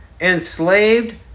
Enslaved